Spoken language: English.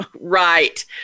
right